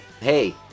hey